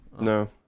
no